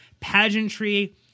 pageantry